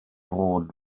bod